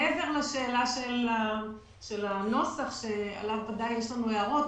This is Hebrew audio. מעבר לשאלה של הנוסח שעליו ודאי יש לנו הערות,